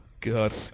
God